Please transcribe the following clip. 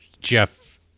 jeff